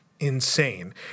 Insane